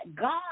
God